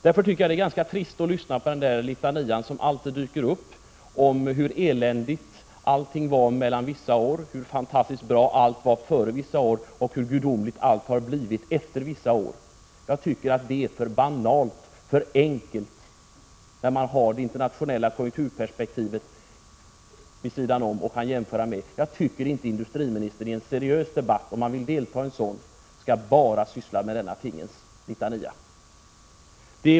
Det var ganska trist att här lyssna på den litania som man alltid får höra om hur eländigt allting var mellan vissa år, hur fantastiskt bra allting var före vissa år och hur gudomligt allt har blivit efter vissa år. Jag tycker att det är för banalt, för enkelt, när man har det internationella konjunkturperspektivet klart för sig och kan jämföra. Om man vill delta i en seriös debatt, industriministern, tycker jag inte att man bara skall ägna sig åt denna litania.